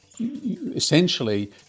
essentially